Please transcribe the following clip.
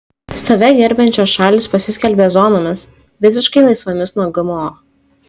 save gerbiančios šalys pasiskelbė zonomis visiškai laisvomis nuo gmo